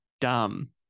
dumb